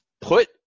put